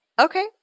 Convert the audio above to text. Okay